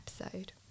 episode